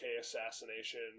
assassination